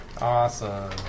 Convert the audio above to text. Awesome